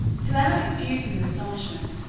telemachus viewed him with astonishment,